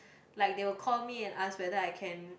like they will call me and ask whether I can